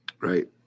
Right